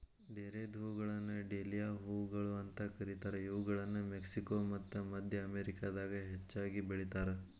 ಡೇರೆದ್ಹೂಗಳನ್ನ dahlia ಹೂಗಳು ಅಂತ ಕರೇತಾರ, ಇವುಗಳನ್ನ ಮೆಕ್ಸಿಕೋ ಮತ್ತ ಮದ್ಯ ಅಮೇರಿಕಾದಾಗ ಹೆಚ್ಚಾಗಿ ಬೆಳೇತಾರ